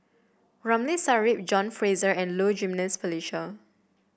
Ramli Sarip John Fraser and Low Jimenez Felicia